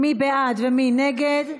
מי בעד ומי נגד?